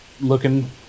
looking